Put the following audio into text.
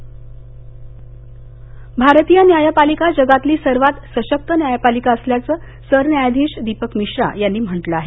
मिश्रा भारतीय न्याय पालिका जगातली सर्वात सशक्त न्यायपालिका असल्याचं सरन्यायाधीश दीपक मिश्रा यांनी म्हटलं आहे